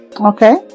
Okay